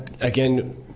again